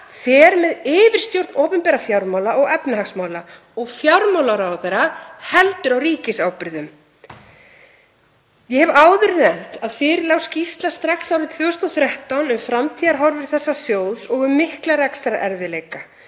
fer með yfirstjórn opinberra fjármála og efnahagsmála og fjármálaráðherra heldur á ríkisábyrgðum. Ég hef áður nefnt að fyrir lá skýrsla strax árið 2013 um framtíðarhorfur þessa sjóðs og um mikla rekstrarerfiðleika.